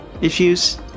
issues